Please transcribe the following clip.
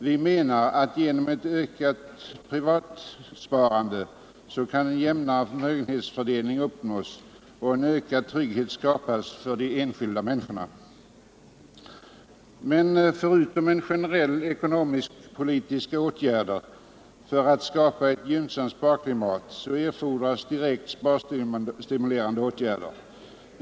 Vi menar att genom ett ökat privat sparande kan jämnare förmögenhetsfördelning uppnås och ökad trygghet skapas för de enskilda människorna. Men förutom generella ekonomisk-politiska åtgärder för att skapa ett gynnsamt sparklimat erfordras direkt sparstimulerande åtgärder.